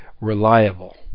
reliable